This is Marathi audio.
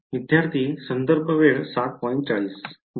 विद्यार्थीः बरोबर